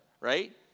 right